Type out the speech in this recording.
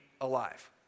alive